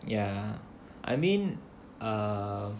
ya I mean uh